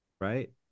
right